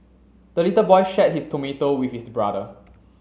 the little boy shared his tomato with his brother